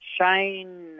Shane